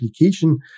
application